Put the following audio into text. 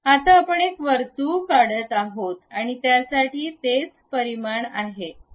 आता आपण एक वर्तुळ काढत आहोत आणि त्यासाठी तेच परिमाण आहेत